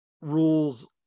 rules